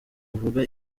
uvuga